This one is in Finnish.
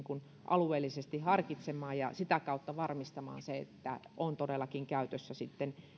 alueellisesti harkitsemaan ja sitä kautta varmistamaan että on todellakin käytössä